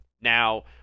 Now